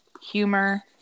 Humor